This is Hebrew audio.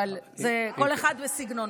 אבל כל אחד וסגנונו.